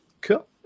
Cool